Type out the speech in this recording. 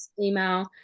email